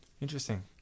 Interesting